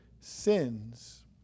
sins